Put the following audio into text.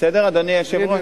בסדר, אדוני היושב-ראש?